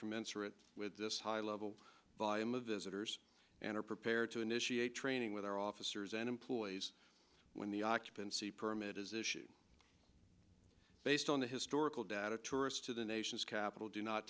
commensurate with this high level volume of visitors and are prepared to initiate training with our officers and employees when the occupancy permit is issued based on the historical data tourists to the nation's capital do not